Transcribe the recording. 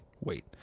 Wait